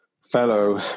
fellow